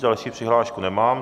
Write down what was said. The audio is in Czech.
Další přihlášku nemám.